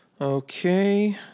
Okay